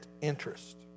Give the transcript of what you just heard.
interest